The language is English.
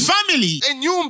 Family